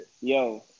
Yo